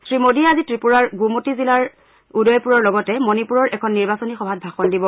শ্ৰীমোদীয়ে আজি ত্ৰিপুৰাৰ গোমতি জিলাৰ উদয়পুৰৰ লগতে মণিপুৰৰ এখন নিৰ্বাচনী সভাত ভাষণ দিব